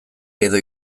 edo